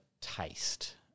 taste